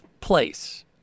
place